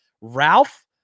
Ralph